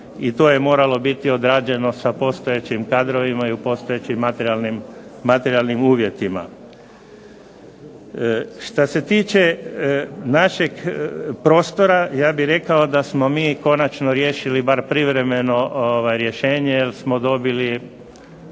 i to je moralo biti odrađeno sa postojećim kadrovima i u postojećim materijalnim uvjetima. Šta se tiče našeg prostora, ja bih rekao da smo mi konačno riješili bar privremeno rješenje, jer smo dobili